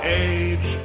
age